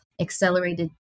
accelerated